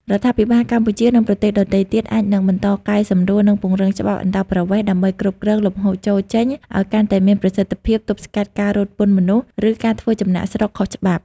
រដ្ឋាភិបាលកម្ពុជា និងប្រទេសដទៃទៀតអាចនឹងបន្តកែសម្រួល និងពង្រឹងច្បាប់អន្តោប្រវេសន៍ ដើម្បីគ្រប់គ្រងលំហូរចូល-ចេញឱ្យកាន់តែមានប្រសិទ្ធភាព ទប់ស្កាត់ការរត់ពន្ធមនុស្ស ឬការធ្វើចំណាកស្រុកខុសច្បាប់។